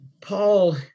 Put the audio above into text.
Paul